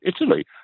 Italy